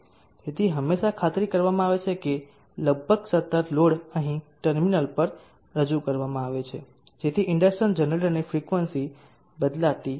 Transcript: તેથી હંમેશાં ખાતરી આપવામાં આવે છે કે લગભગ સતત લોડ અહીં ટર્મિનલ પર રજૂ કરવામાં આવે છે જેથી ઇન્ડક્શન જનરેટરની ફ્રિકવન્સી બદલાતી નથી